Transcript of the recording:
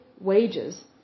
wages